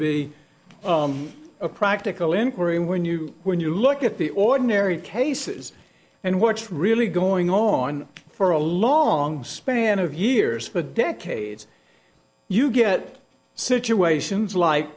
be a practical inquiry when you when you look at the ordinary cases and what's really going on for a long span of years for decades you get situations like